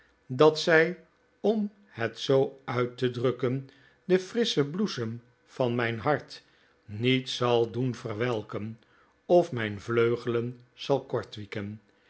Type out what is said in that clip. dat zij om het zoo uit te drukken den frisschen bloesem van mijn hart niet zal doen verwelken of mijn vleugelen zal